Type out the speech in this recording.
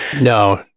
No